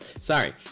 sorry